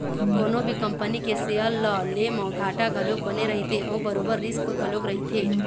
कोनो भी कंपनी के सेयर ल ले म घाटा घलोक बने रहिथे अउ बरोबर रिस्क घलोक रहिथे